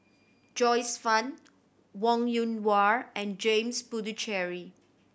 Joyce Fan Wong Yoon Wah and James Puthucheary